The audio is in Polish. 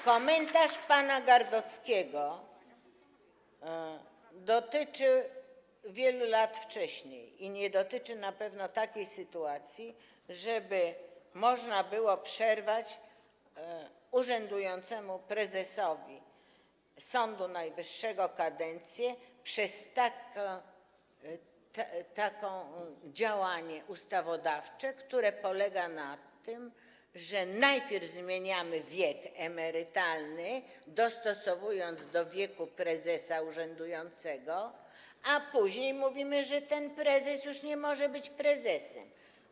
Komentarz pana Gardockiego dotyczy wielu lat wcześniej i nie dotyczy na pewno takiej sytuacji, żeby można było przerwać urzędującemu prezesowi Sądu Najwyższego kadencję przez takie działanie ustawodawcze, które polega na tym, że najpierw zmieniamy wiek emerytalny, dostosowując do wieku prezesa urzędującego, a później mówimy, że ten prezes już nie może być prezesem.